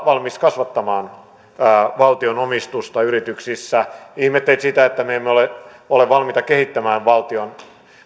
valmis kasvattamaan valtion omistusta yrityksissä hän ihmetteli sitä että me emme ole ole valmiita kehittämään valtion